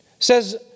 says